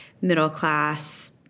middle-class